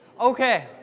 Okay